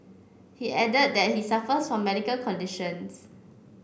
he added that he suffers from medical conditions